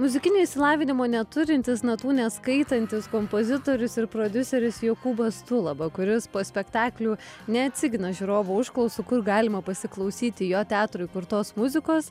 muzikinio išsilavinimo neturintis natų neskaitantis kompozitorius ir prodiuseris jokūbas tulaba kuris po spektaklių neatsigina žiūrovų užklausų kur galima pasiklausyti jo teatrui kurtos muzikos